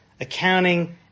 accounting